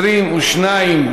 מי נמנע?